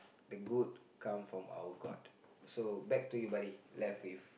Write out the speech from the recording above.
the good come from our god so back to you buddy left with